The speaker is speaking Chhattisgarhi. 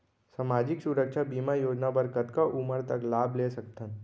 सामाजिक सुरक्षा बीमा योजना बर कतका उमर तक लाभ ले सकथन?